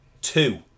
two